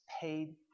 paid